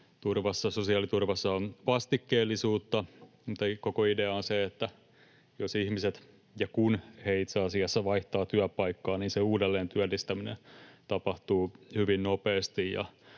sosiaaliturvassa on vastikkeellisuutta. Mutta koko idea on se, että jos — ja itse asiassa kun — ihmiset vaihtavat työpaikkaa, niin se uudelleentyöllistäminen tapahtuu hyvin nopeasti,